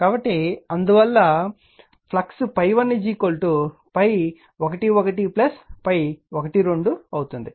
కాబట్టి అందువల్ల ఫ్లక్స్ ∅1 ∅11 ∅12 అవుతుంది